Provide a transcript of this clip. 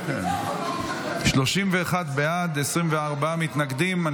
31 בעד, 24 מתנגדים.